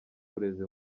burezi